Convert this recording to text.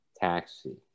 taxi